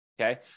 okay